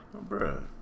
bro